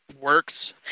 works